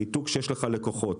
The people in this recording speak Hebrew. הניתוק שיש לך לקוחות.